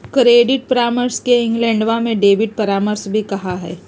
credit परामर्श के इंग्लैंडवा में डेबिट परामर्श भी कहा हई